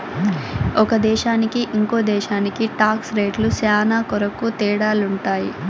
ఒక దేశానికి ఇంకో దేశానికి టాక్స్ రేట్లు శ్యానా కొరకు తేడాలుంటాయి